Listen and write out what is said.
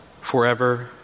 forever